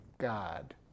God